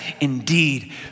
indeed